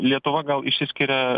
lietuva gal išsiskiria